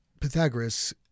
Pythagoras